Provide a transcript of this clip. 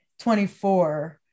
24